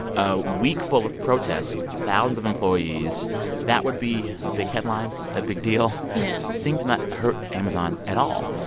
a week full of protest thousands of employees that would be a big headline, a big deal yeah seemed to not hurt amazon at all.